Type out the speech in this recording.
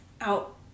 out